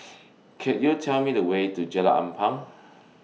Could YOU Tell Me The Way to Jalan Ampang